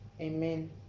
Amen